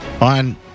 on